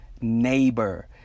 neighbor